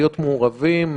להיות מעורבים,